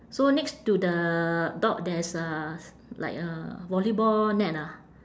so next to the dog there's a like a volleyball net ah